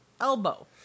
elbow